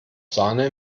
sahne